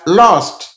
lost